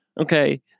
okay